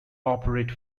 operate